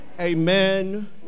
Amen